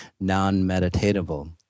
non-meditatable